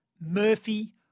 Murphy